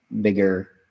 bigger